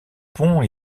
pont